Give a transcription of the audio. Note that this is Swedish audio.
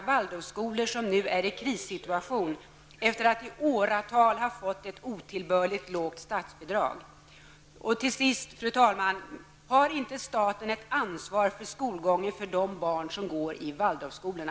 Waldorfskolor, som nu är i krissituation efter att i åratal ha fått ett otillbörligt lågt statsbidrag? Har inte staten ett ansvar för skolgången för de barn som går i Waldorfskolorna?